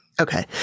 okay